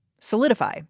Solidify